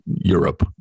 Europe